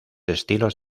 estilos